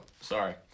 sorry